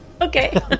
Okay